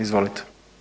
Izvolite.